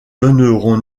donneront